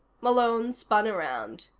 malone spun around.